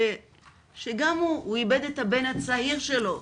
שגם הוא איבד את הבן הצעיר שלו,